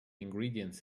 ingredients